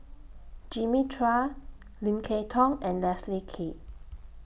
Jimmy Chua Lim Kay Tong and Leslie Kee